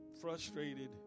frustrated